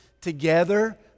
together